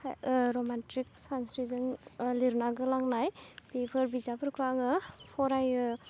romantic सानस्रिजों लिरना गालांनाय बेफोर बिजाबफोरखौ आङो फरायो